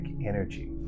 energy